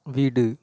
வீடு